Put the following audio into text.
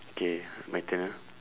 okay my turn ah